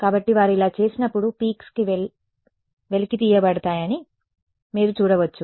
కాబట్టి వారు ఇలా చేసినప్పుడు పీక్స్ వెలికి తీయబడతాయని మీరు చూడవచ్చు